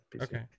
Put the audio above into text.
Okay